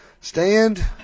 stand